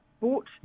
bought